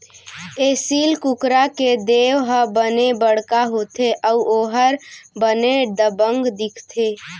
एसील कुकरा के देंव ह बने बड़का होथे अउ ओहर बने दबंग दिखथे